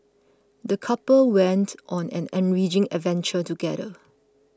the couple went on an enriching adventure together